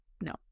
No